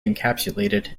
encapsulated